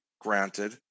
granted